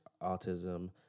autism